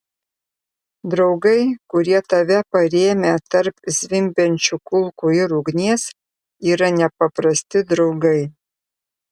draugai kurie tave parėmė tarp zvimbiančių kulkų ir ugnies yra nepaprasti draugai